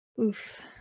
oof